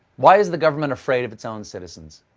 why is the government afraid of its own citizens?